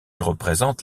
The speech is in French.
représente